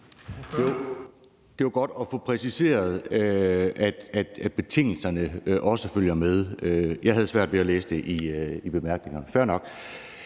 Det er jo godt at få præciseret, at betingelserne også følger med. Jeg havde svært ved at læse det i bemærkningerne – fair nok.